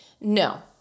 No